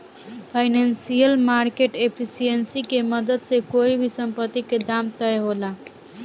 financial market efficiency के मदद से कोई भी संपत्ति के दाम तय होला